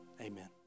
Amen